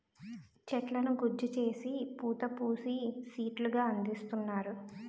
చెట్లను గుజ్జు చేసి పోత పోసి సీట్లు గా అందిస్తున్నారు